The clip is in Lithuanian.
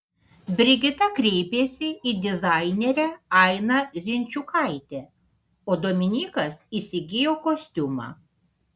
brigita kreipėsi į dizainerę ainą zinčiukaitę o dominykas įsigijo kostiumą